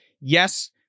yes